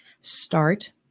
start